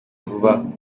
vuba